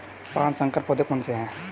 पाँच संकर पौधे कौन से हैं?